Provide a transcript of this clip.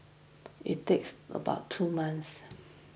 it takes about two months